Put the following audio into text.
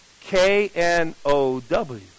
K-N-O-W